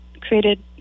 created